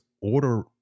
order